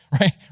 right